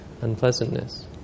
unpleasantness